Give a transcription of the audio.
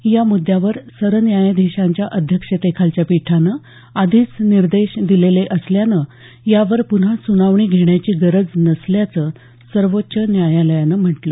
या मुद्द्यावर सरन्यायाधीशांच्या अध्यक्षतेखालच्या पीठानं आधीच निर्देश दिलेले असल्यानं यावर पुन्हा सुनावणी घेण्याची गरज नसल्याचं सर्वोच्च न्यायालयानं म्हटलं